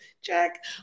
check